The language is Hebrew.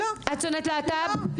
להט"בים?